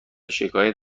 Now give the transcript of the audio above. شکایت